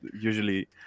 usually